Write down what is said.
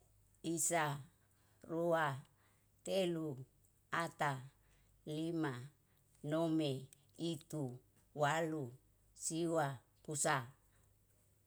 Isa, rua, telu, ata, lima, nome, itu, walu, siwa, pusa.